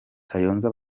kayonza